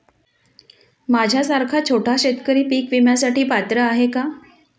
माझ्यासारखा छोटा शेतकरी पीक विम्यासाठी पात्र आहे का?